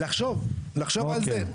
לחשוב על זה.